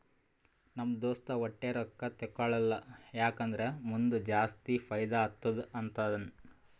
ನಮ್ ದೋಸ್ತ ವಟ್ಟೆ ರೊಕ್ಕಾ ತೇಕೊಳಲ್ಲ ಯಾಕ್ ಅಂದುರ್ ಮುಂದ್ ಜಾಸ್ತಿ ಫೈದಾ ಆತ್ತುದ ಅಂತಾನ್